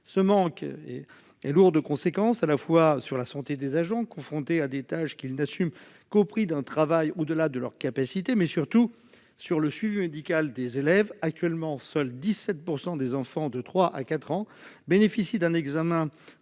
Ce manque a des conséquences lourdes non seulement sur la santé des agents, confrontés à des tâches qu'ils n'assument qu'au prix d'un travail au-delà de leurs capacités, mais surtout sur le suivi médical des élèves. Actuellement, seuls 17 % des enfants de 3 à 4 ans bénéficient d'un examen